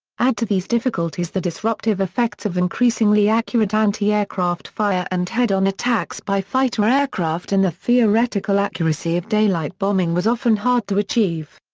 add to these difficulties the disruptive effects of increasingly accurate anti-aircraft fire and head-on attacks by fighter aircraft and the theoretical accuracy of daylight bombing was often hard to achieve.